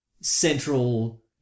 central